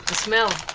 smell.